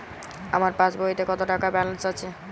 আমার পাসবইতে কত টাকা ব্যালান্স আছে?